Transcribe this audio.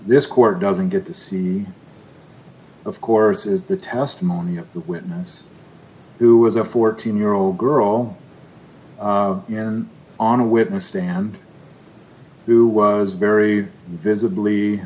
this court doesn't get to see of course is the testimony of the witness who was a fourteen year old girl on a witness stand who was very visibly